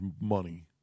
money